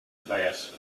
bass